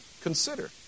consider